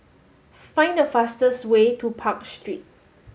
find the fastest way to Park Street